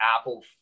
Apple